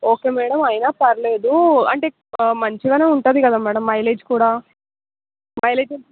okay madam అయినా పర్లేదు అంటే మంచిగానే ఉంటుంది కదా మ్యాడం మైలేజ్ కూడా మైలేజ్